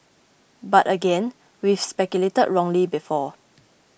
but again we've speculated wrongly before